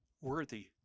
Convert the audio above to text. worthy